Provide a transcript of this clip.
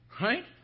right